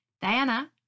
Diana